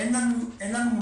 - אין לנו שליטה.